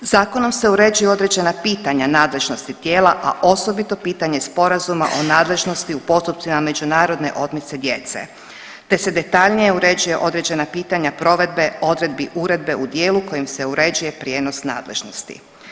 Zakonom se uređuju određena pitanja nadležnosti tijela, a osobito pitanje sporazuma o nadležnosti u postupcima međunarodne otmice djece te se detaljnije uređuje određena pitanja provedbe odredbi uredbe u dijelu kojim se uređuje prijenos nadležnosti.